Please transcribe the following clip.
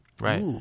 Right